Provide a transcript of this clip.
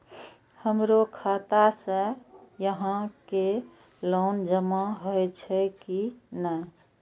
हमरो खाता से यहां के लोन जमा हे छे की ने?